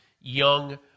young